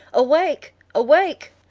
awake, awake!